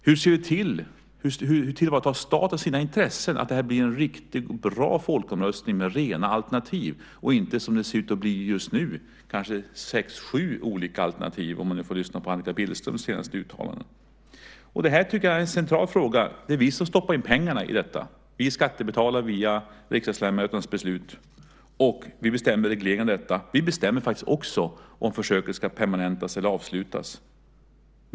Hur tillvaratar staten sina intressen så att det blir en riktig och bra folkomröstning med rena alternativ och inte som det ser ut att bli just nu med kanske sex sju olika alternativ, om man lyssnar på Annika Billströms senaste uttalanden? Det är en central fråga. Det är vi skattebetalare via riksdagsledamöternas beslut som stoppar in pengar i detta. Vi bestämmer regleringen av detta. Vi bestämmer faktiskt också om försöket ska permanentas eller avslutas.